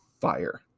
fire